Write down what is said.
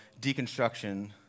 deconstruction